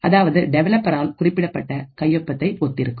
அதாவது டெவலப்பர் ஆல் குறிப்பிடப்பட்ட கையொப்பத்தை ஒத்திருக்கும்